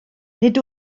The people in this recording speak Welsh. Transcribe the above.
nid